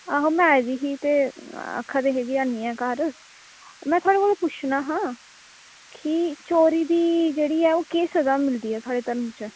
आहो में आई दी ही ते आक्खा दे हे ऐनी हैन घर में थुआढ़े कोला पुच्छना हा की चोरी दी जेह्ड़ी सज़ा ऐ ओह् केह् मिलदी थुआढ़े धर्म च